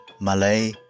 Malay